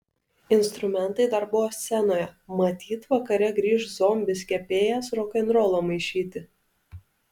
instrumentai dar buvo scenoje matyt vakare grįš zombis kepėjas rokenrolo maišyti